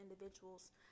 individuals